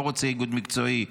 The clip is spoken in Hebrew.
לא רוצה איגוד מקצועי,